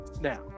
now